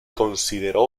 consideró